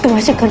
listen